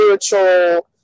spiritual